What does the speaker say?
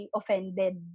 offended